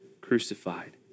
crucified